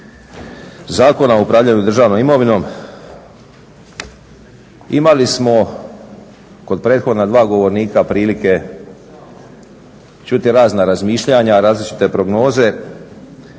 Zakona o upravljanju državnom imovinom. Imali smo kod prethodna dva govornika prilike čuti razna razmišljanja, različite prognoze,